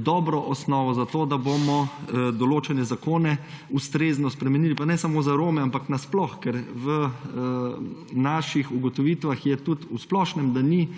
dobro osnovo za to, da bomo določene zakone ustrezno spremenili, pa ne samo za Rome, ampak nasploh, ker v naših ugotovitvah je tudi v splošnem, da ni